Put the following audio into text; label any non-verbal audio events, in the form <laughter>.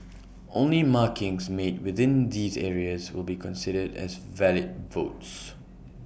<noise> only markings made within these areas will be considered as valid votes <noise>